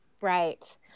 Right